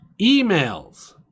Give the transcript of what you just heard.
emails